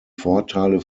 vorteile